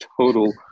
total